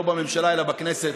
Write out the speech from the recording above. לא בממשלה אלא בכנסת,